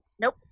Nope